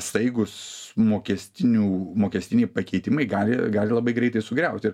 staigūs mokestinių mokestiniai pakeitimai gali gali labai greitai sugriaut ir